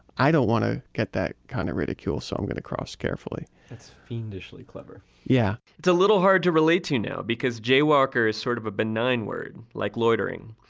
i don't want to get that kind of ridicule, so i'm going to cross carefully that's fiendishly clever yeah it's a little hard to relate to now, because jaywalker is sort of a benign word, like loitering.